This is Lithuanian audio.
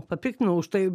papiktinau už tai